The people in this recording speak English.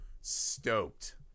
stoked